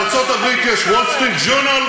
בארצות-הברית יש "Wall Street Journal",